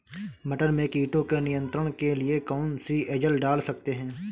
मटर में कीटों के नियंत्रण के लिए कौन सी एजल डाल सकते हैं?